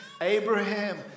Abraham